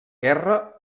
guerra